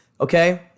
okay